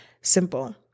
simple